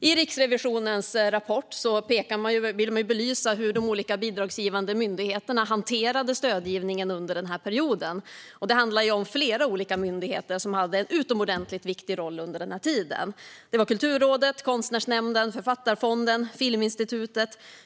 I Riksrevisionens rapport vill man belysa hur de olika bidragsgivande myndigheterna hanterade stödgivningen under perioden. Det handlar om flera olika myndigheter som hade en utomordentligt viktig roll under denna tid: Kulturrådet, Konstnärsnämnden, Författarfonden och Filminstitutet.